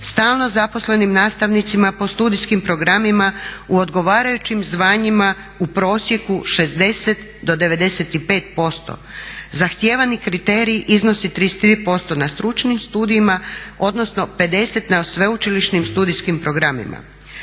stalno zaposlenim nastavnicima po studijskim programima u odgovarajućim zvanjima u prosjeku 60 do 95%. Zahtijevani kriterij iznosi 33% na stručnim studijima, odnosno 50% na sveučilišnim studijskim programima.